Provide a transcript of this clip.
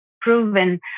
proven